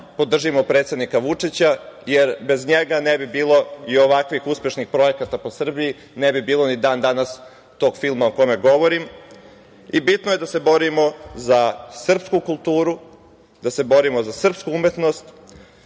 podržimo predsednika Vučića, jer bez njega ne bi bilo ovako uspešnih projekata po Srbiji, ne bi bilo tog filma o kome govorim. Bitno je da se borimo za srpsku kulturu, da se borimo za srpsku umetnost,